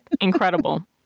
incredible